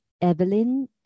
Evelyn